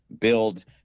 build